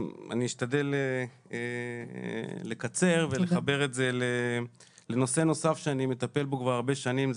אני אשתדל לקצר ולחבר את זה לנושא נוסף שאני מטפל בו כבר הרבה שנים.